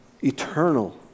eternal